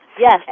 Yes